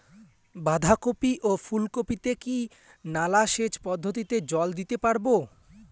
বাধা কপি ও ফুল কপি তে কি নালা সেচ পদ্ধতিতে জল দিতে পারবো?